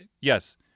yes